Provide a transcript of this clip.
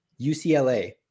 UCLA